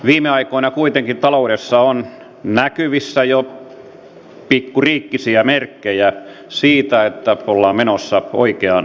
viime aikoina kuitenkin taloudessa on näkyvissä jo pikkuriikkisiä merkkejä siitä että ollaan menossa oikeaan suuntaan